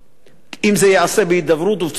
אם זה ייעשה בהידברות ובצורה מכובדת.